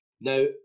Now